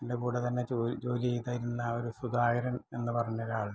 എൻ്റെ കൂടെ തന്നെ ജോൽ ജോലി ചെയ്തിരുന്ന ആ ഒര് സുധാകരൻ എന്ന് പറഞ്ഞ ഒരാളുണ്ട്